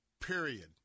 Period